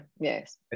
Yes